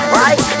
right